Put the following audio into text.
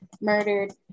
murdered